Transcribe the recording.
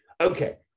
Okay